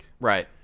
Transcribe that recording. Right